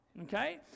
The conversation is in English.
Okay